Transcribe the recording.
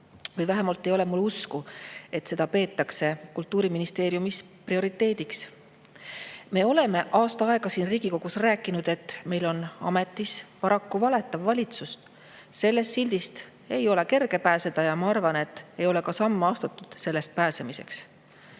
Või vähemalt ei ole mul usku, et seda peetakse Kultuuriministeeriumis prioriteediks. Me oleme aasta aega siin Riigikogus rääkinud, et meil on paraku ametis valetav valitsus. Sellest sildist ei ole kerge pääseda ja, ma arvan, ei ole ka samme astutud, et sellest pääseda.